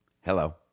Hello